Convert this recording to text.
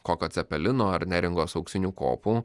kokio cepelino ar neringos auksinių kopų